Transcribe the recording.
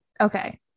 Okay